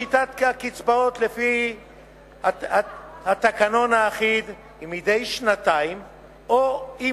שיטת עדכון הקצבאות לפי התקנון האחיד היא מדי שנתיים או אם